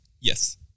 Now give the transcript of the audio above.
Yes